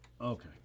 Okay